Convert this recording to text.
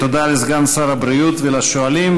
תודה לסגן שר הבריאות ולשואלים.